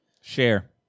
Share